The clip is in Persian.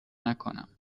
نکنم